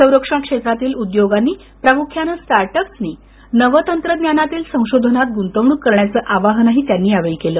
संरक्षण क्षेत्रातील उद्योगांनी प्रामुख्याने स्टार्ट अप्सनी नव तंत्रज्ञानातील संशोधनात गुंतवणूक करण्याचं आवाहनही त्यांनी केलं